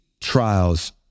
trials